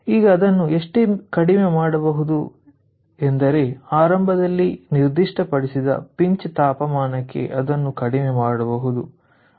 ಈಗ ಅದನ್ನು ಎಷ್ಟು ಕಡಿಮೆ ಮಾಡಬಹುದು ಎಂದರೆ ಆರಂಭದಲ್ಲಿ ನಿರ್ದಿಷ್ಟಪಡಿಸಿದ ಪಿಂಚ್ ತಾಪಮಾನಕ್ಕೆ ಅದನ್ನು ಕಡಿಮೆ ಮಾಡಬಹುದು